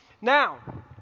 Now